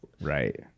right